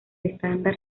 estándar